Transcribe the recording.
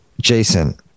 Jason